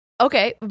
okay